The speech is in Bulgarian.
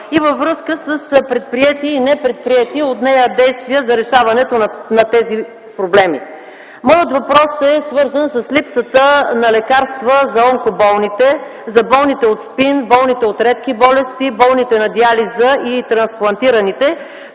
са във връзка с предприети и непредприети от нея действия за решаването на тези проблеми. Моят въпрос е свързан с липсата на лекарства за онкоболните, за болните от СПИН, болните от редки болести, болните на диализа и трансплантираните.